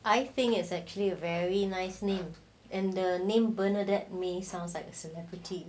I think is actually a very nice name and the name bernadette may sounds like a celebrity